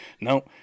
No